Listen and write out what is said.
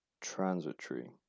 transitory